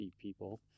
people